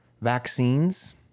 vaccines